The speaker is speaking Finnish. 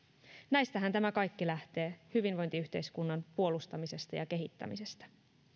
mukana näistähän tämä kaikki lähtee hyvinvointiyhteiskunnan puolustamisesta ja kehittämisestä